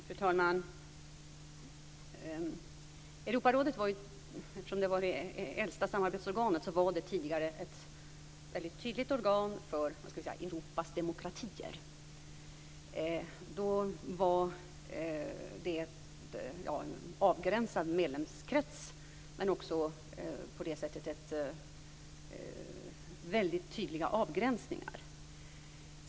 Fru talman! Europarådet var tidigare, eftersom det var det äldsta samarbetsorganet, ett mycket tydligt organ för Europas demokratier. Medlemskretsen var avgränsad, men det fanns också på annat sätt mycket tydliga avgränsningar.